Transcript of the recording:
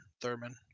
Thurman